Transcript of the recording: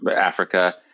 Africa